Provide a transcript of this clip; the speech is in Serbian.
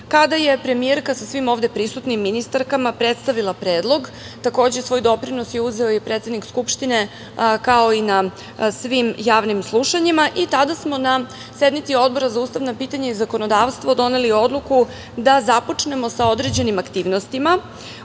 kada je premijerka sa svim ovde prisutnim ministarkama predstavila predlog. Takođe, svoj doprinos je uzeo i predsednik skupštine, kao i na svim javnim slušanjima. Tada smo, na sednici Odbora za ustavna pitanja i zakonodavstvo, doneli odluku da započnemo sa određenim aktivnostima